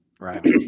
Right